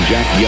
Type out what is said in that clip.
Jack